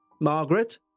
Margaret